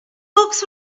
books